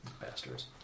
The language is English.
Bastards